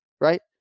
right